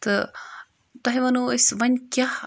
تہٕ تۄہہِ وَنو أسۍ وَنۍ کیاہ